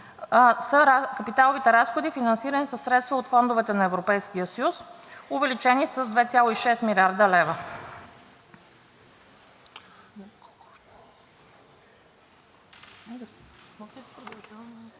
са капиталовите разходи, финансирани със средства от фондовете на Европейския съюз, увеличени с 2,6 млрд. лв.